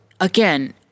again